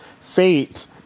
Fate